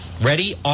Ready